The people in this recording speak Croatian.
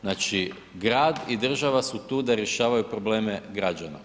Znači grad i država su tu da rješavaju probleme građana.